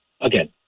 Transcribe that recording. again